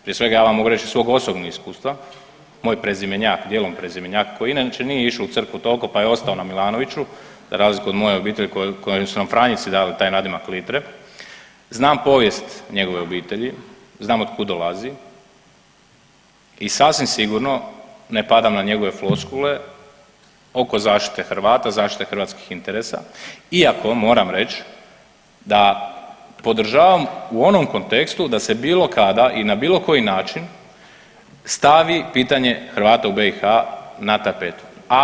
Prije svega, ja vam mogu reći iz svog osobnog iskustva, moj prezimenjak, dijelom prezimenjak koji inače nije išao u crkvu toliko pa je ostalo na Milanoviću, za razliku od moje obitelji kojem su nam franjevci dali taj nadimak Litre, znam povijest njegove obitelji, znam od kud dolazi i sasvim sigurno ne padam na njegove floskule oko zaštite Hrvata, zaštite hrvatskih interesa iako moram reći da podržavam u onom kontekstu da se bilo kada i na bilo koji način stavi pitanje Hrvata u BiH na tapetu.